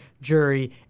jury